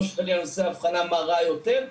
לא אעשה הבחנה מה רע יותר,